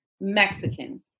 Mexican